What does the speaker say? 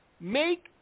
make